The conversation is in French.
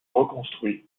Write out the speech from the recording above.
reconstruit